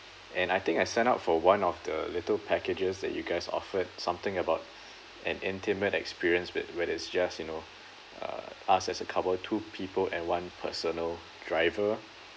and I think I signed up for one of the little packages that you guys offered something about an intimate experience with you know uh us as a cover to people and one personal driver